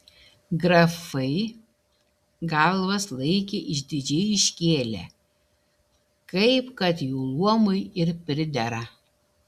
grafai galvas laikė išdidžiai iškėlę kaip kad jų luomui ir pridera